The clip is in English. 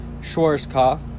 Schwarzkopf